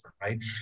right